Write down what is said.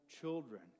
children